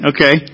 Okay